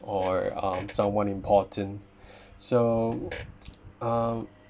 or um someone important so um